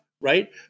Right